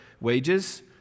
wages